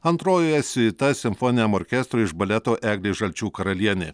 antrojoje siuita simfoniniam orkestrui iš baleto eglė žalčių karalienė